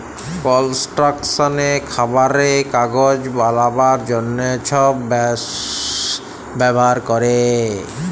কলস্ট্রাকশলে, খাবারে, কাগজ বালাবার জ্যনহে ছব বাঁশ ব্যাভার ক্যরে